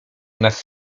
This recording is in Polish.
nas